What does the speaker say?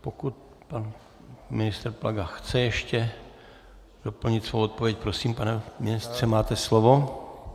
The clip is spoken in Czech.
Pokud... pan ministr Plaga chce ještě doplnit svou odpověď, prosím, pane ministře, máte slovo.